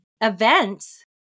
events